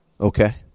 okay